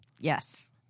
Yes